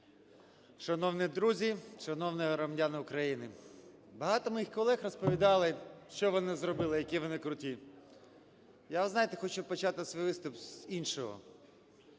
Шановні друзі, шановні громадяни України, багато моїх колег розповідали, що вони зробили, які вони круті. Я, знаєте, хочу почати свій виступ з іншого.